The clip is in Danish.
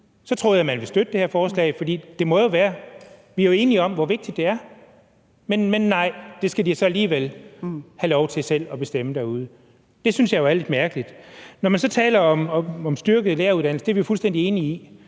så troede jeg, at man ville støtte det her forslag, for vi er jo enige om, hvor vigtigt det er. Men nej, det skal de så alligevel selv have lov til at bestemme derude. Det synes jeg jo er lidt mærkeligt. Så taler man om at styrke læreruddannelsen, og det er vi fuldstændig enige i.